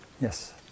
yes